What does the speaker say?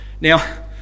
Now